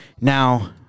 Now